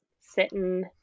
sitting